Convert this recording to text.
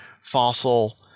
fossil